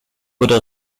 oder